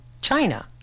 China